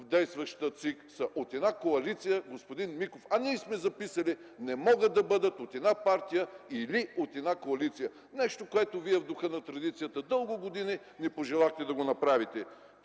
в действащата ЦИК са от една коалиция, господин Миков. А ние сме записали: „не могат да бъдат от една партия или една коалиция” - нещо, което вие в духа на традицията дълги години не пожелахте да го направите.